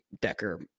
Decker